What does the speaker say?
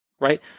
right